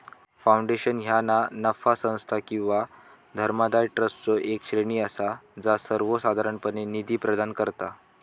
foundation ह्या ना नफा संस्था किंवा धर्मादाय ट्रस्टचो येक श्रेणी असा जा सर्वोसाधारणपणे निधी प्रदान करता